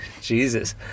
Jesus